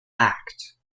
act